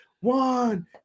One